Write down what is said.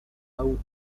tahu